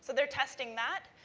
they're testing that.